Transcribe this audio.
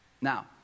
Now